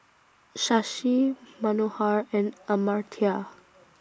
Shashi Manohar and Amartya